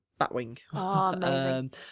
batwing